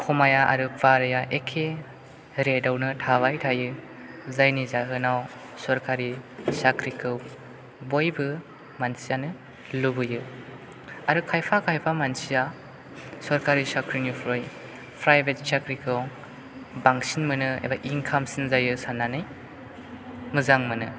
खमाया आरो बाराया एक्के रेटआवनो थाबाय थायो जायनि जाहोनाव सरकारि साख्रिखौ बयबो मानसियानो लुबैयो आरो खायफा खायफा मानसिया सरकारि साख्रिनिफ्राय फ्रायभेट साख्रिखौ बांसिन मोनो एबा इनकामसिन जायो साननानै मोजां मोनो